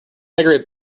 segregate